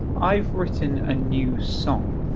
i've written a new song.